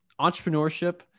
entrepreneurship